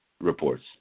reports